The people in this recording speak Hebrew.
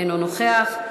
אינו נוכח,